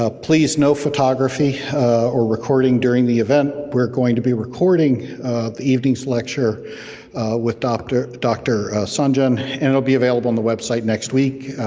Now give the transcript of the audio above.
ah please no photography or recording during the event. we're going to be recording the evening's lecture with dr. sanjayan and it will be available on the website next week.